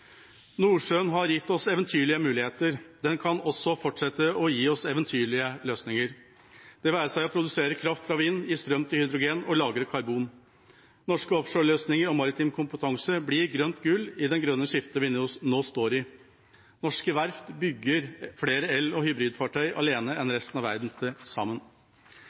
Nordsjøen har gitt oss eventyrlige muligheter. Den kan også fortsette å gi oss eventyrlige løsninger – det være seg å produsere kraft fra vind, gi strøm til hydrogen og lagre karbon. Norske offshore-løsninger og maritim kompetanse blir grønt gull i det grønne skiftet vi nå står i. Norske verft bygger flere el- og hybridfartøy alene enn resten av verden til sammen.